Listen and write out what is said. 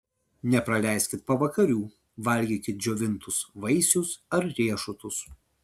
nepraleiskit pavakarių valgykit džiovintus vaisius ar riešutus